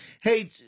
hey